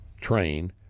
train